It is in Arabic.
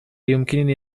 يمكنني